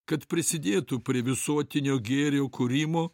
kad prisidėtų prie visuotinio gėrio kūrimo